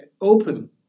open